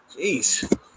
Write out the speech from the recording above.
jeez